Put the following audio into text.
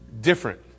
different